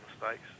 mistakes